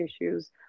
issues